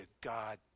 God